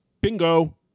bingo